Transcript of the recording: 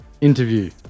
interview